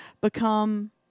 become